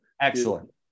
Excellent